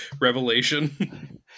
revelation